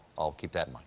i'll keep that